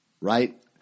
right